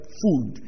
food